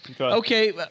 Okay